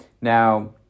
Now